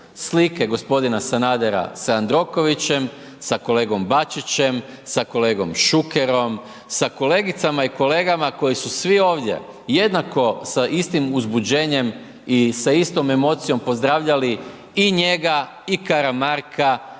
Slike g. Sanadera sa Jandrokovićem, sa kolegom Bačićem, sa kolegom Šukerom, sa kolegicama i kolegama koji su svi ovdje, jednako sa istim uzbuđenjem i sa istom emocijom pozdravljali i njega i Karamarka